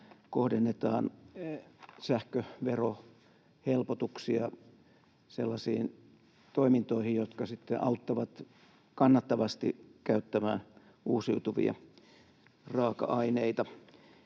kohdennetaan sähköverohelpotuksia sellaisiin toimintoihin, jotka auttavat kannattavasti käyttämään uusiutuvia raaka-aineita.